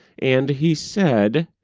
and he said,